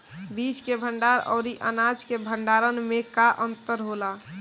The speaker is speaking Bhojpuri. बीज के भंडार औरी अनाज के भंडारन में का अंतर होला?